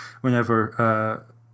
whenever